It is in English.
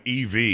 EV